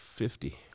Fifty